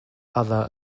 other